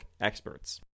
experts